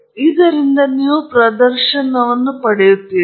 ಮತ್ತು ಇದರಿಂದ ನೀವು ಪ್ರದರ್ಶನವನ್ನು ಹೊಂದಿರುತ್ತೀರಿ